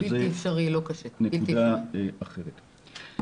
אבל זו נקודה אחרת.